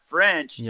French